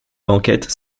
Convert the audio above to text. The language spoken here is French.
banquette